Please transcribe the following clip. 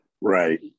Right